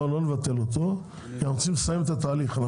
לא נבטל אותו כי אנחנו צריכים לסיים את התהליך.